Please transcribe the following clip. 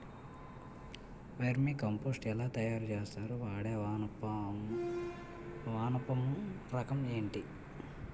Vermi compost ఎలా తయారు చేస్తారు? వాడే వానపము రకం ఏంటి?